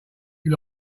you